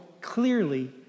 clearly